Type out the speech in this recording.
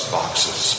boxes